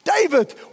David